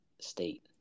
State